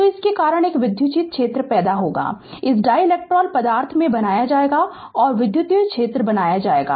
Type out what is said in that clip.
तो इसके कारण एक विद्युत क्षेत्र होगा इस डाईइलेक्ट्रिक पदार्थ में बनाया जाएगा और विद्युत क्षेत्र बनाया जाएगा